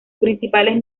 principales